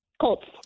Colts